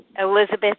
Elizabeth